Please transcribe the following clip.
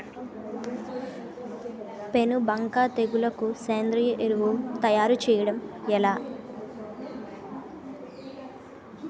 పేను బంక తెగులుకు సేంద్రీయ ఎరువు తయారు చేయడం ఎలా?